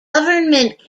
government